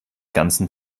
ganzen